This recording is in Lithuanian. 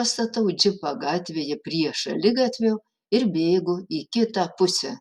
pastatau džipą gatvėje prie šaligatvio ir bėgu į kitą pusę